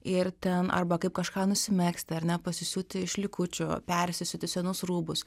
ir ten arba kaip kažką nusimegzti ar ne pasisiūti iš likučių persisiūti senus rūbus